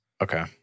Okay